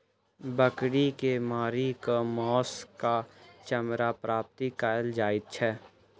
बकरी के मारि क मौस आ चमड़ा प्राप्त कयल जाइत छै